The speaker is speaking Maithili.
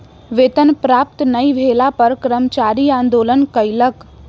वेतन प्राप्त नै भेला पर कर्मचारी आंदोलन कयलक